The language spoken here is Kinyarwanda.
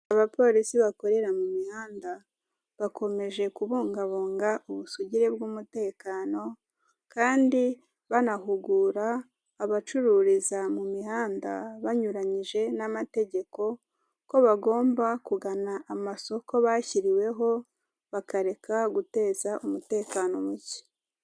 Abapolisi bakorera mu mihanda bakomeje kubungabunga ubusugire bw'umutekano kandi banahugura abacururiza mu mihanda banyuranyije n'amategeko ko bagomba kugana amasoko bashyiriweho bakareka guteza umutekano muke.